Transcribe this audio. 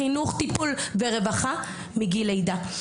חינוך טיפול ורווחה - מגיל לידה.